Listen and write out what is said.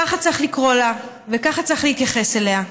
ככה צריך לקרוא לה וככה צריך להתייחס אליה,